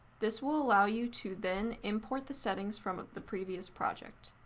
this will allow you to then import the settings from the previous project.